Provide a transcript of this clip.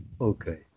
okay